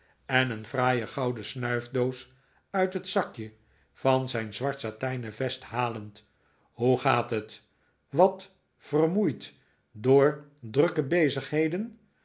en een fraaie gouden snuifdoos uit het zakje van zijn zwart satijnen vest halend hoe gaat het wat vermoeid door drukke bezigheden